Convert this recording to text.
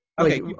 Okay